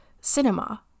cinema